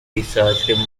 researched